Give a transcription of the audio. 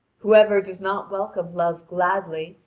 whoever does not welcome love gladly,